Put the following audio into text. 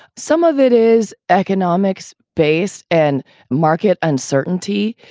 some of it is economics, base and market uncertainty.